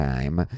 Time